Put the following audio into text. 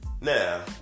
Now